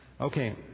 Okay